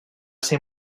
ser